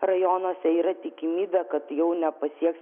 rajonuose yra tikimybė kad jau nepasieks